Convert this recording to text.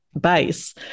Base